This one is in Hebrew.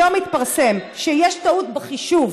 היום התפרסם שיש טעות בחישוב